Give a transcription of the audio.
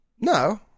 No